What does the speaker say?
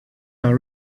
are